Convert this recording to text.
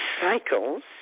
cycles